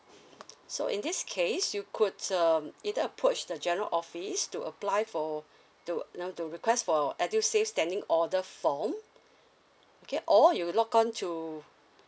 so in this case you could um either approach the general office to apply for to you know to request for edusave standing order form okay or you log on to